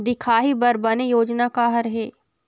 दिखाही बर बने योजना का हर हे?